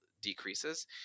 decreases